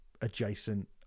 adjacent